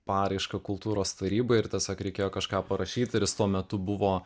paraišką kultūros tarybai ir tiesiog reikėjo kažką parašyt ir jis tuo metu buvo